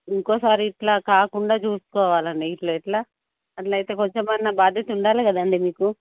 ఇంకోసారి ఇలా కాకుండా చూసుకోవాలండి ఇలా ఎలా అలాఅయితే కొంచెంమన్న బాధ్యత ఉండాలి కదండీ మీకు